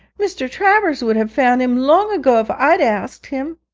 mr. travers would have found him long ago if i'd asked him